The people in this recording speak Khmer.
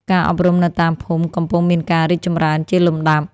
ការអប់រំនៅតាមភូមិកំពុងមានការរីកចម្រើនជាលំដាប់។